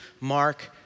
Mark